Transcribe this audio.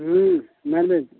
ᱢᱮᱱᱮᱫᱟᱹᱧ